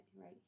right